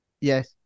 Yes